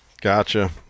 gotcha